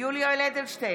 יולי יואל אדלשטיין,